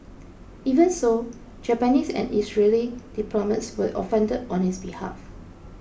even so Japanese and Israeli diplomats were offended on his behalf